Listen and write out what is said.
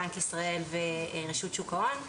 בנק ישראל ורשות שוק ההון,